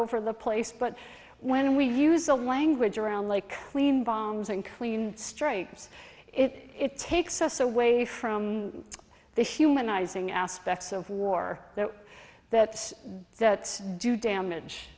over the place but when we use the language around like clean bombs and clean straight it takes us away from the humanizing aspects of war that that that do damage